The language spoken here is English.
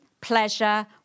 pleasure